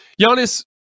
Giannis